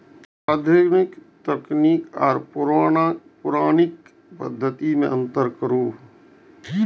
आधुनिक तकनीक आर पौराणिक पद्धति में अंतर करू?